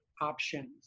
options